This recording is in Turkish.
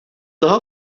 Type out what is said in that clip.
daha